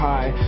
High